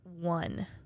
one